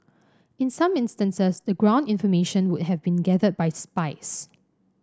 in some instances the ground information would have been gathered by spies